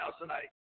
tonight